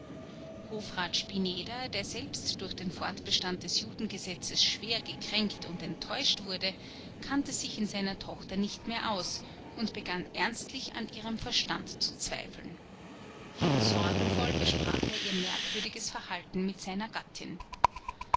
hofrat spineder der selbst durch den fortbestand des judengesetzes schwer gekränkt und enttäuscht wurde kannte sich in seiner tochter nicht mehr aus und begann ernstlich an ihrem verstand zu zweifeln sorgenvoll besprach er ihr merkwürdiges verhalten mit seiner gattin